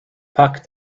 pack